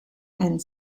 and